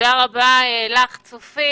תודה רבה לך, צופית.